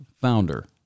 founder